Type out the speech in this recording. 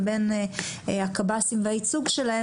לבין הקב"סים והייצוג שלהם,